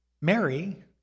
Mary